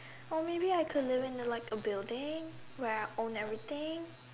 or maybe I could live in like a building where I own everything